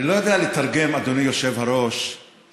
אני לא יודע לתרגם, אדוני היושב-ראש המכובד,